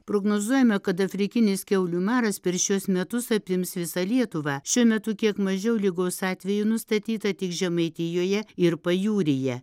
prognozuojame kad afrikinis kiaulių maras per šiuos metus apims visą lietuvą šiuo metu kiek mažiau ligos atvejų nustatyta tik žemaitijoje ir pajūryje